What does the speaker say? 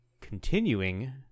continuing